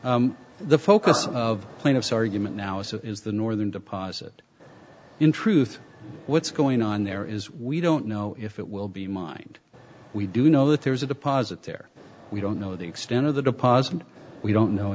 impacts the focus of plaintiff's argument now is the northern deposit in truth what's going on there is we don't know if it will be mined we do know that there's a deposit there we don't know the extent of the deposit we don't know